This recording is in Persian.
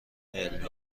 علمی